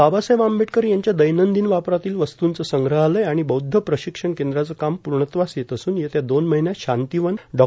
बाबासाहेब आंबेडकर यांच्या दैनंदिन वापरातील वस्तूंचं संग्रहालय आणि बौद्ध प्रशिक्षण केंद्राचं काम पूर्णत्वास येत असून येत्या दोन महिन्यात शांतीवन डॉ